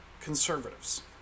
conservatives